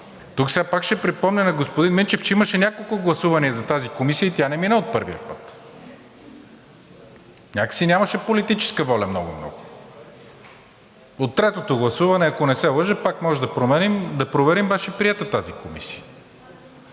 сега пак ще припомня на господин Минчев, че имаше няколко гласувания за тази комисия и тя не мина от първия път – някак нямаше политическа воля много, много. От третото гласуване, ако не се лъжа, пак може да проверим, беше приета тази комисия.